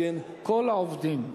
כל העובדים,